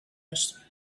asked